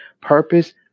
purpose